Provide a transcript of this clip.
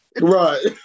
Right